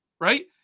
right